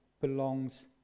belongs